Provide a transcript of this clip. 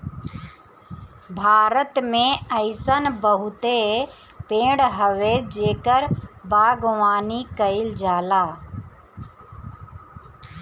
भारत में अइसन बहुते पेड़ हवे जेकर बागवानी कईल जाला